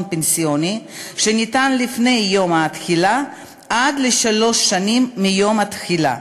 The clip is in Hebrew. פנסיוני שניתן לפני יום התחילה עד לשלוש שנים מיום התחילה.